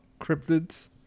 Cryptids